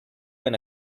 when